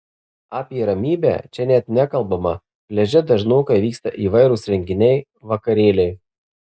apie ramybę čia net nekalbama pliaže dažnokai vyksta įvairūs renginiai vakarėliai